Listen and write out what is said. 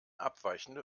abweichende